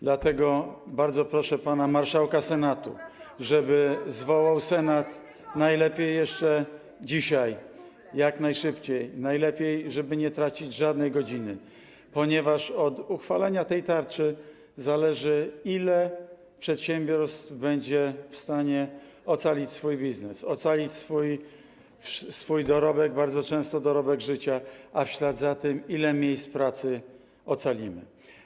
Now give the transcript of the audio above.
Dlatego bardzo proszę pana marszałka Senatu, żeby zwołał Senat najlepiej jeszcze dzisiaj, jak najszybciej, najlepiej żeby nie tracić żadnej godziny, ponieważ od uchwalenia tej tarczy zależy ile przedsiębiorstw będzie w stanie ocalić swój biznes, ocalić swój dorobek, bardzo często dorobek życia, a w ślad za tym ile miejsc pracy ocalimy.